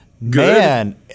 man